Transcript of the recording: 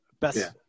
Best